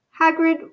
Hagrid